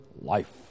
life